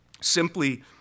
simply